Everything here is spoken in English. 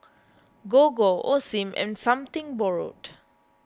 Gogo Osim and Something Borrowed